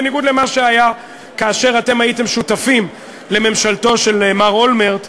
בניגוד למה שהיה כאשר אתם הייתם שותפים לממשלתו של מר אולמרט,